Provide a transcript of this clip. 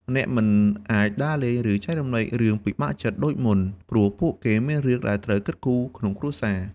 អ្នកមិនអាចដើរលេង ឬចែករំលែករឿងពិបាកចិត្តដូចមុន ពីព្រោះពួកគាត់មានរឿងដែលត្រូវគិតគូរក្នុងគ្រួសារ។